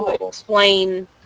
explain